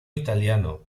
italiano